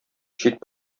чит